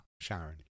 Sharon